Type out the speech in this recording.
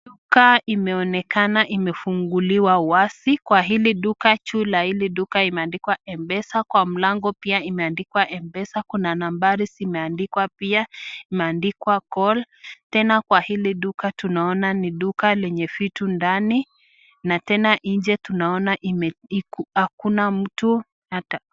Duka imeonekana imefunguliwa wazi. Kwa hili duka, juu ya hili duka imeandikwa m-pesa, kwa mlango pia imeandikwa m-pesa. Kuna nambari zimeandikwa pia, imeandikwa call . Tena kwa hili duka tunaona ni duka lenye vitu ndani na tena nje tunaona hakuna mtu hata